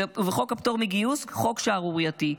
חוק שערורייתי.